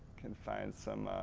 can find some,